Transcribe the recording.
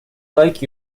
like